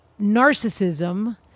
narcissism